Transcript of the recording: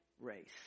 race